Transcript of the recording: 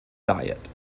diet